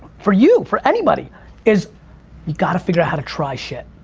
for you for anybody is you gotta figure out how to try shit.